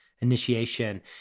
initiation